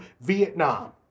Vietnam